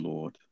Lord